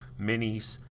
minis